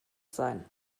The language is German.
sein